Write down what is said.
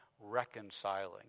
reconciling